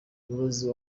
umuyobozi